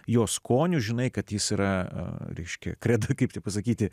jo skoniu žinai kad jis yra ryški krenta kaip tai pasakyti